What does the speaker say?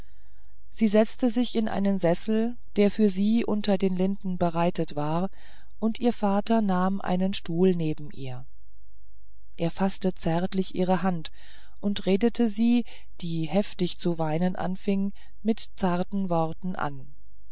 sie setzte sich in einen sessel der für sie unter den linden bereitet war und ihr vater nahm einen stuhl neben ihr er faßte zärtlich ihre hand und redete sie die heftiger zu weinen anfing mit zarten worten an